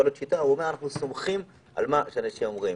אז הוא אמר לי שהם סומכים על מה שאנשים אומרים.